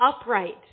upright